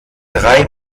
drei